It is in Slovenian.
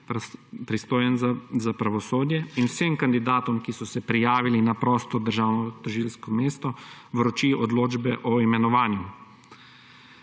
pristojen za pravosodje, in vsem kandidatom, ki so se pripravili na prosto državnotožilsko mesto, vroči odločbe o imenovanju.«